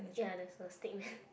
ya there's no sting